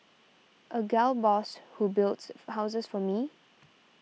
a gal boss who builds houses for me